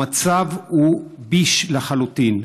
המצב הוא מצב ביש, לחלוטין.